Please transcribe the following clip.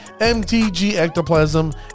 mtgectoplasm